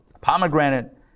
Pomegranate